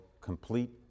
complete